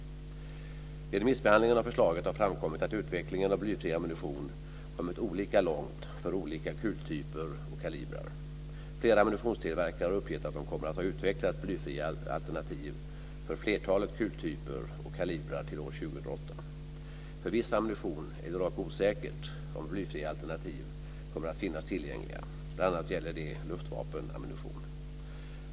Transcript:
Vid remissbehandling av förslaget har framkommit att utvecklingen av blyfri ammunition kommit olika långt för olika kultyper och kalibrar. Flera ammunitionstillverkare har uppgett att de kommer att ha utvecklat blyfria alternativ för flertalet kultyper och kalibrar till år 2008. För viss ammunition är det dock osäkert om blyfria alternativ kommer att finnas tillgängliga år 2008. Bl.a. gäller det luftvapenammunition.